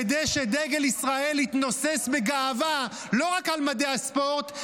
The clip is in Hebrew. כדי שדגל ישראל יתנוסס בגאווה לא רק על מדי הספורט,